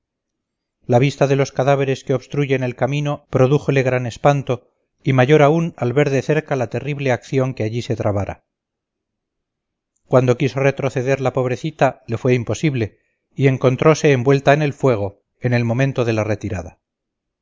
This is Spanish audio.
la vista de los cadáveres que obstruyen el camino prodújole gran espanto y mayor aún al ver de cerca la terrible acción que allí se trabara cuando quiso retroceder la pobrecita le fue imposible y encontrose envuelta en el fuego en el momento de la retirada